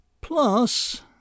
Plus